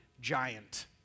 giant